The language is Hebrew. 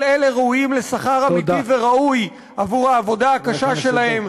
כל אלה ראויים לשכר אמיתי וראוי עבור העבודה הקשה שלהם.